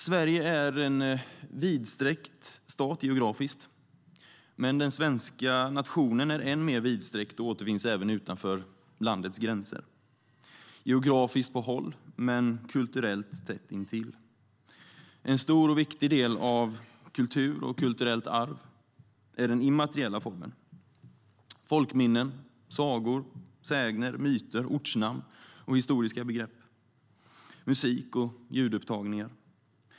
Sverige är en vidsträckt stat geografiskt, men den svenska nationen är än mer vidsträckt och återfinns även utanför landets gränser, geografiskt på håll, men kulturellt tätt intill. En stor och viktig del av kultur och kulturellt arv är den immateriella formen: folkminnen, sagor, sägner, myter, ortnamn och historiska begrepp, musik och ljudupptagningar.